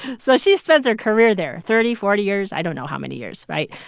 so she spends her career there thirty, forty years, i don't know how many years, right?